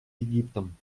египтом